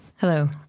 Hello